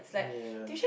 yeah